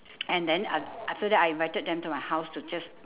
and then a~ after that I invited them to my house to just